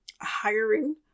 hiring